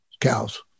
cows